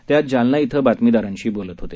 ते आज जालना क्विं बातमीदारांशी बोलत होते